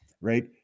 right